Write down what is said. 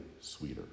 sweeter